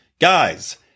guys